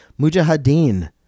mujahideen